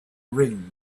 ring